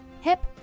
HIP